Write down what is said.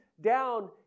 down